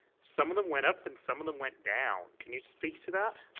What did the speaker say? some of them went up and some of them went down. can you speak to that?